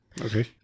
Okay